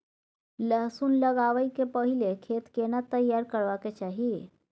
लहसुन लगाबै के पहिले खेत केना तैयार करबा के चाही?